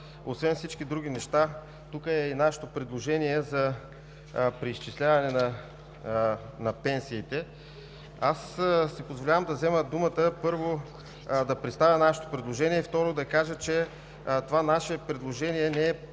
Освен всички други неща в § 3 е и нашето предложение за преизчисляване на пенсиите. Позволявам си да взема думата, първо, за да представя нашето предложение и, второ, да кажа, че това предложение не е